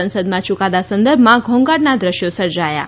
સંસદમાં ચુકાદા સંદર્ભમાં ઘોંઘાટનાં દ્રશ્યો સર્જાયાં